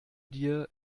dir